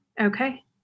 Okay